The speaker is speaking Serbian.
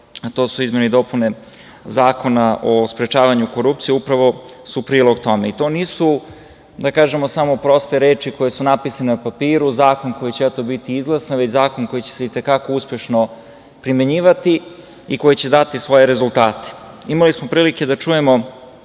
to su izmene i dopune Zakona o sprečavanju korupcije, upravo su prilog tome. To nisu samo proste reči koje su napisane na papiru, zakon koji će eto biti izglasan, već zakon koji će se i te kako uspešno primenjivati i koji će dati svoje rezultate. Imali smo prilike da čujemo